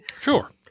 Sure